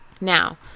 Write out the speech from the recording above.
Now